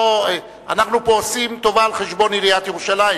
אנחנו פה עושים טובה על-חשבון עיריית ירושלים.